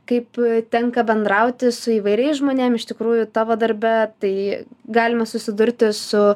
kaip tenka bendrauti su įvairiais žmonėm iš tikrųjų tavo darbe tai galima susidurti su